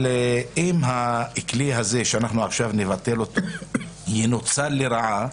אבל אם הכלי הזה שאנחנו עכשיו נבטל אותו ינוצל לרעה,